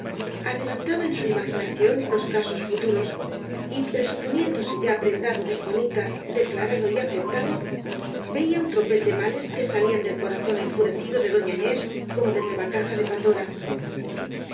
adelantaba en su imaginación los casos futuros y presuponiéndose ya prendado de juanita declara do y aceptado veía un tropel de males que salían del corazón enfurecido de doña inés como de nue va caja de pandora